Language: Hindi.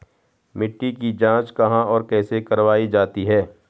मिट्टी की जाँच कहाँ और कैसे करवायी जाती है?